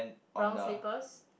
brown slippers